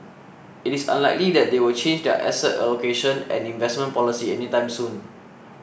it is unlikely that they will change their asset allocation and investment policy any time soon